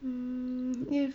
mm if